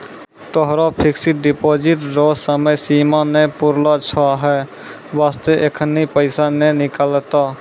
तोहरो fixed deposit रो समय सीमा नै पुरलो छौं है बास्ते एखनी पैसा नै निकलतौं